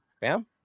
Bam